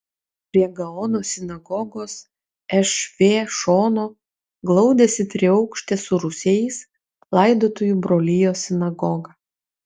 prie gaono sinagogos šv šono glaudėsi triaukštė su rūsiais laidotojų brolijos sinagoga